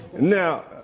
Now